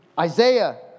Isaiah